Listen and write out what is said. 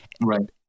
Right